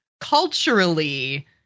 culturally